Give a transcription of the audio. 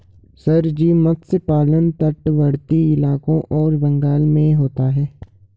sir ji मत्स्य पालन तटवर्ती इलाकों और बंगाल में होता है